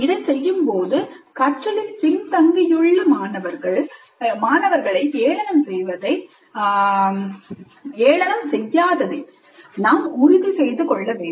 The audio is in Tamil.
இதைச் செய்யும் பொழுது கற்றலில் பின் தங்கியுள்ள மாணவர்களை ஏளனம் செய்யாததை நாம் உறுதி செய்து கொள்ள வேண்டும்